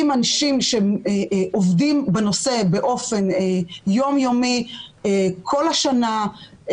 עם אנשים שעובדים בנושא באופן יום-יומי כל השנה.